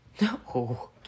No